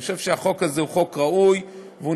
אני חושב שהחוק הזה הוא חוק ראוי ונכון.